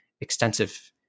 extensive